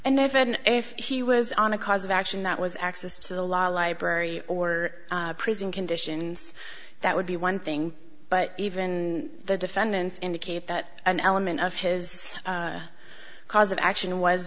haven't if he was on a cause of action that was access to the law library or prison conditions that would be one thing but even the defendants indicate that an element of his cause of action was